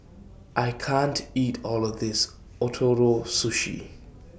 I can't eat All of This Ootoro Sushi